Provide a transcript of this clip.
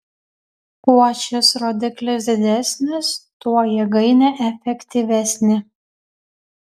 kuo šis rodiklis didesnis tuo jėgainė efektyvesnė